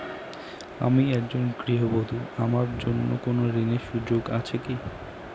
আমি একজন গৃহবধূ আমার জন্য কোন ঋণের সুযোগ আছে কি?